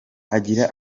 agira